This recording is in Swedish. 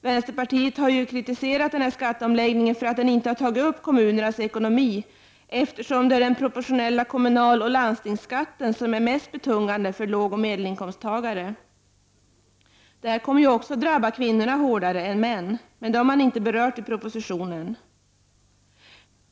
Vänsterpartiet har kritiserat att man i skatteomläggningen inte har tagit upp kommunernas ekonomi, eftersom det är den proportionella kommunaloch landstingsskatten som är mest betungande för lågoch medelinkomsttagare. Detta kommer också att drabba kvinnorna hårdare än män, men det har inte berörts i propositionen.